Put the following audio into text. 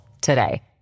today